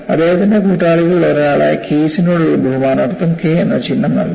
അദ്ദേഹത്തിന്റെ കൂട്ടാളികളിൽ ഒരാളായ കെയ്സിനോടുള്ള ബഹുമാനാർത്ഥം K എന്ന ചിഹ്നം നൽകി